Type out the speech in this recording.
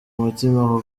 mutima